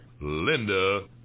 linda